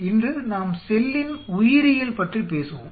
இன்று நாம் செல்லின் உயிரியல் பற்றி பேசுவோம்